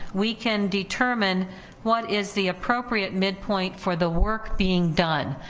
we can determine what is the appropriate midpoint for the work being done.